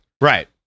right